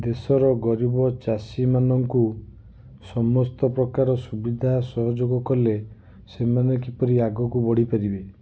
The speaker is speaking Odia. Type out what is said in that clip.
ଦେଶ ର ଗରୀବ ଚାଷୀ ମାନଙ୍କୁ ସମସ୍ତ ପ୍ରକାର ସୁବିଧା ସହଯୋଗ କଲେ ସେମାନେ କିପରି ଆଗକୁ ବଢ଼ି ପାରିବେ